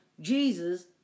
Jesus